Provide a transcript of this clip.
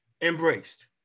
embraced